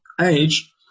age